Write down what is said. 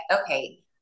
okay